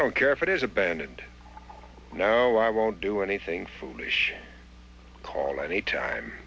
don't care if it is abandoned no i won't do anything foolish call any time